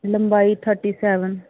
ਲੰਬਾਈ thirty seven